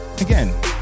again